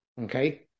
Okay